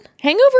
hangover